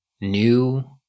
new